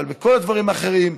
בכל הדברים האחרים,